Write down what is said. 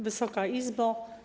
Wysoka Izbo!